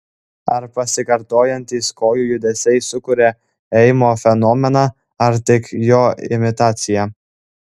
ar pasikartojantys kojų judesiai sukuria ėjimo fenomeną ar tik jo imitaciją